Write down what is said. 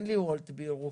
אין לי וולט בירוחם.